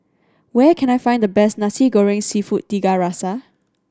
where can I find the best Nasi Goreng Seafood Tiga Rasa